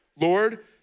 Lord